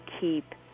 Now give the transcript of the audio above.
keep